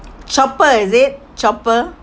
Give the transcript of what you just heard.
chopper is it chopper